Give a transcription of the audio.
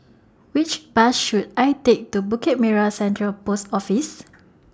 Which Bus should I Take to Bukit Merah Central Post Office